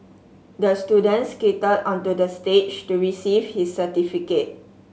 the student skated onto the stage to receive his certificate